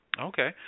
Okay